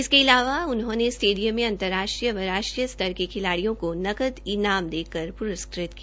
इसके अलावा उन्होंने स्टेडियम में अंतर्राष्ट्रीय व राष्ट्रीय स्तर के खिलाडियों को नकद इनाम देकर पुरस्कृत किया